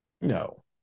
no